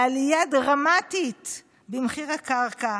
לעלייה דרמטית במחיר הקרקע